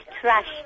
trash